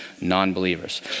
non-believers